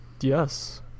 Yes